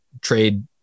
trade